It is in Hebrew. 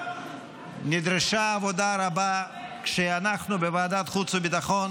נדרשה עבודה רבה כי אנחנו בוועדת חוץ וביטחון